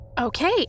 Okay